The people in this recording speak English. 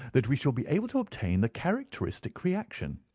that we shall be able to obtain the characteristic reaction.